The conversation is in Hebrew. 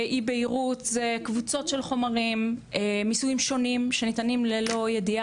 אונס, חוקי לשתות אלכוהול וזה לא ניצרך בלי ידיעה.